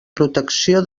protecció